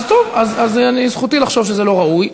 אז זכותי לחשוב שזה לא ראוי.